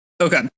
Okay